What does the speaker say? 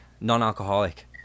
non-alcoholic